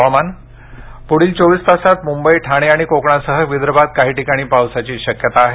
हवामान पुढील चोवीस तासात मुंबई ठाणे आणि कोकणासह विदर्भात काही ठिकाणी पावसाची शक्यता आहे